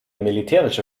militärische